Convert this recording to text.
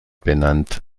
benannt